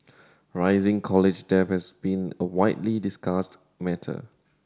rising college debt has been a widely discussed matter